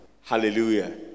hallelujah